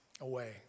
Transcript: away